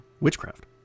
witchcraft